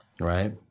Right